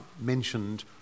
mentioned